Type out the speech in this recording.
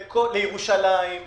לירושלים,